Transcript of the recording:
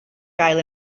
gael